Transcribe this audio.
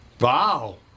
Wow